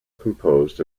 composed